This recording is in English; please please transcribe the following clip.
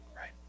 right